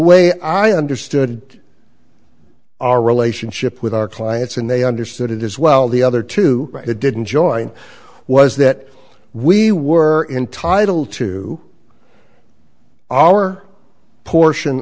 way i understood our relationship with our clients and they understood it as well the other two that didn't join was that we were entitle to our portion